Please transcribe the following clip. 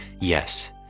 yes